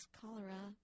cholera